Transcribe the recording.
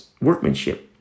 workmanship